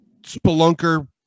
spelunker